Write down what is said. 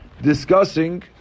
discussing